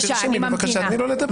תרשמי בבקשה ותני לו לדבר.